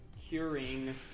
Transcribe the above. curing